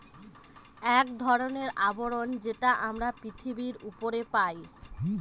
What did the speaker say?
এক ধরনের আবরণ যেটা আমরা পৃথিবীর উপরে পাই